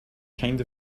kind